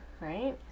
right